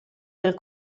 del